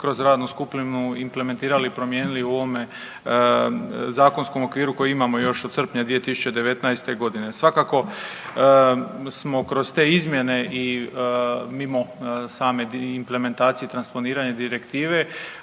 kroz radnu skupinu implementirali, promijenili u ovome zakonskom okviru koji imamo još od srpnja 2019. godine. Svakako smo kroz te izmjene i mimo same implementacije i transponiranja direktive